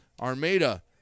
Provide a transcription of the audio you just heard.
Armada